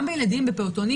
בפעוטונים,